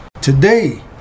Today